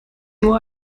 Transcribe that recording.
nur